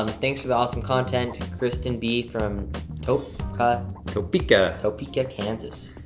um thanks for the awesome content, kristin b. from topeka. topeka, kansas.